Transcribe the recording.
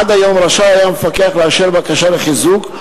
עד היום רשאי היה המפקח לאשר בקשה לחיזוק,